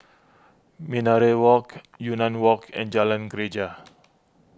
Minaret Walk Yunnan Walk and Jalan Greja